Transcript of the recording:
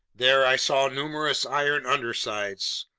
there i saw numerous iron undersides,